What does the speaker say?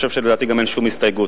לדעתי, גם אין שום הסתייגות.